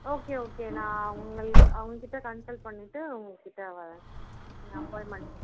okay okay நான் உங்களுக்கு அவங்கக்கிட்ட கன்சல் பண்ணிவிட்டு உங்கக்கிட்டே வர்றேன் நீங்கள் அப்பாய்ண்ட்மெண்ட் போட்டுருங்க